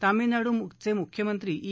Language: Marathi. तामिळनाडूचे मुख्यमंत्री ई